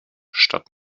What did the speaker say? statt